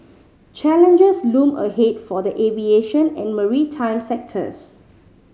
challenges loom ahead for the aviation and maritime sectors